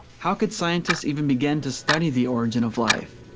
how good scientists even begin to study the origin of life?